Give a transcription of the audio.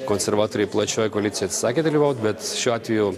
konservatoriai plačioje koalicijoje atsisakė dalyvauti bet šiuo atveju